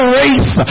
race